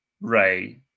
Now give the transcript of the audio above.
Ray